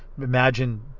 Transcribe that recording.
Imagine